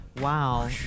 Wow